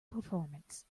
performance